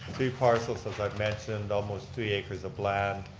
three parcels as i've mentioned, almost three acres of land.